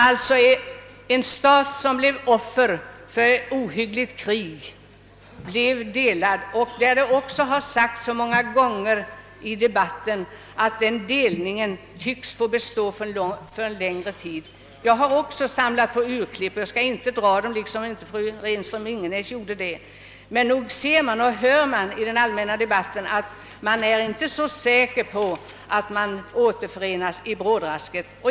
Det gäller en stat som blivit offer för ett ohyggligt krig och som blivit delad. Det har också sagts många gånger i debatten att denna delning tycks komma att bestå för en längre tid. Även jag har samlat urklipp, men jag skall inte citera dem — liksom inte heller fru Renström Ingenäs gjorde. Men nog framgår det av den allmänna debatten att man inte är så säker på att återförenas i brådrasket.